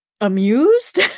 amused